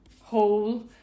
hole